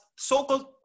So-called